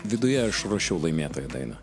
viduje aš ruošiau laimėtojo dainą